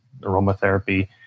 aromatherapy